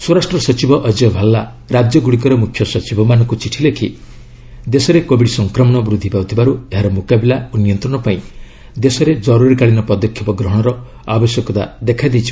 ସ୍ୱରାଷ୍ଟ୍ର ସଚିବ ଅଜୟ ଭାଲ୍ଲା ରାଜ୍ୟ ଗୁଡ଼ିକର ମୁଖ୍ୟ ସଚିବମାନଙ୍କୁ ଚିଠି ଲେଖି କହିଛନ୍ତି ଦେଶରେ କୋବିଡ୍ ସଂକ୍ରମଣ ବୃଦ୍ଧି ପାଉଥିବାରୁ ଏହାର ମୁକାବିଲା ଓ ନିୟନ୍ତ୍ରଣ ପାଇଁ ଦେଶରେ ଜରୁରୀକାଳୀନ ପଦକ୍ଷେପ ଗ୍ରହଣର ଆବଶ୍ୟକତା ଦେଖା ଦେଇଛି